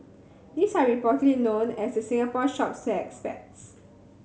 these are reportedly known as the Singapore Shops to expats